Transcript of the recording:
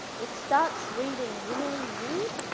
it starts reading really rude.